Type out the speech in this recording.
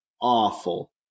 awful